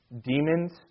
Demons